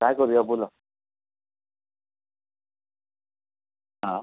काय करूया बोला हां